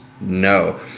No